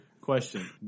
question